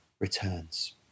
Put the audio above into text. returns